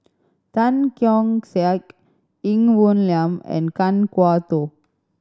Tan Keong Saik Ng Woon Lam and Kan Kwok Toh